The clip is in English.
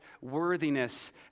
worthiness